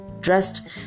dressed